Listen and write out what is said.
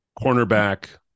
cornerback